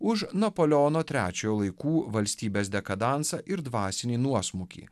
už napoleono trečiojo laikų valstybės dekadansą ir dvasinį nuosmukį